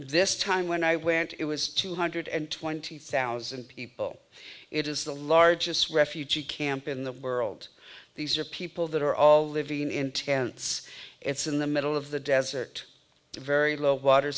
this time when i went it was two hundred and twenty thousand people it is the largest refugee camp in the world these are people that are all living in tents it's in the middle of the desert very low water